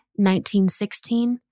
1916